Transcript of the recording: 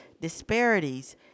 disparities